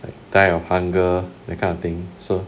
like die of hunger that kind of thing so